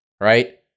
right